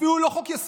אפילו לא חוק-יסוד,